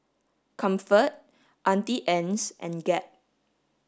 comfort Auntie Anne's and Gap